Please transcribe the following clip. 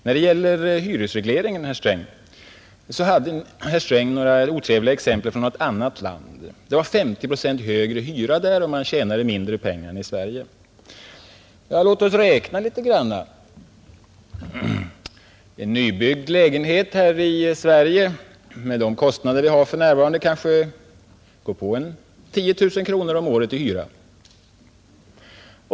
När det gäller hyresregleringen hade herr Sträng några otrevliga exempel från något annat land. Det var 50 procent högre hyra där, och man tjänade mindre pengar än i Sverige. Ja, låt oss räkna litet grand! En nybyggd lägenhet här i Sverige, med de kostnader vi har för närvarande, går kanske på 10 000 kronor om året i hyra.